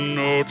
no